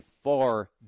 Far